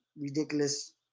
ridiculous